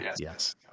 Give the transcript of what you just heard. yes